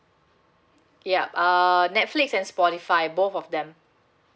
yup err netflix and spotify both of them